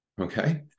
Okay